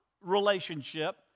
relationship